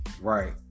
right